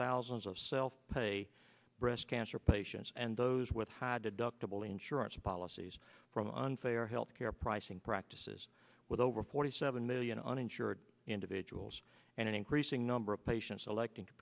thousands of self pay breast cancer patients and those with high deductible insurance policies from unfair health care pricing practices with over forty seven million uninsured individuals and an increasing number of patients electing to